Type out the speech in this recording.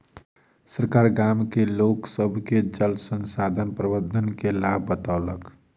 सरकार गाम के लोक सभ के जल संसाधन प्रबंधन के लाभ बतौलक